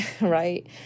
right